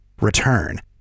return